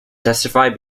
testify